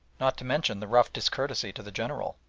not to mention the rough discourtesy to the general.